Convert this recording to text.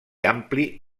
ampli